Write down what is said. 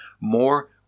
more